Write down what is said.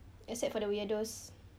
except for the weirdos